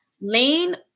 lean